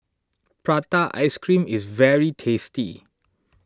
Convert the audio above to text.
Prata Ice Cream is very tasty